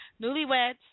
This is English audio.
Newlyweds